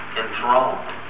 enthroned